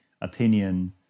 opinion